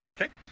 Okay